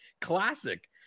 classic